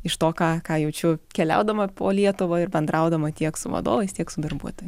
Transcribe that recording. iš to ką ką jaučiu keliaudama po lietuvą ir bendraudama tiek su vadovais tiek su darbuotojai